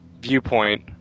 viewpoint